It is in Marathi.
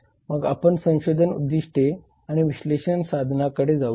मग आपण संशोधन उद्दिष्टे आणि विश्लेषण साधनांकडे जाऊया